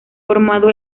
formado